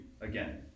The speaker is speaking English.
again